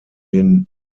den